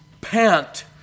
pant